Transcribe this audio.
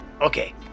Okay